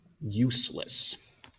useless